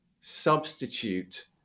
substitute